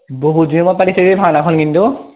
বহুত দিনৰ মূৰত পাতিছে দেই ভাওনাখন কিন্তু